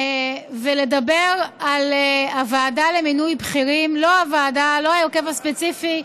ולדבר על הוועדה למינוי בכירים, לא ההרכב הספציפי,